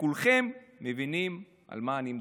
וכולכם מבינים על מה אני מדבר.